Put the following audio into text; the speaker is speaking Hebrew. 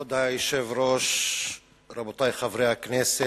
כבוד היושב-ראש, רבותי חברי הכנסת,